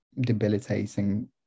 debilitating